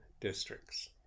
districts